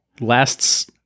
lasts